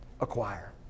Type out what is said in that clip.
acquire